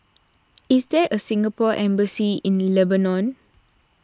is there a Singapore Embassy in Lebanon